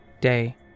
day